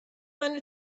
منو